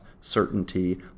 certainty